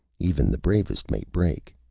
even the bravest may break.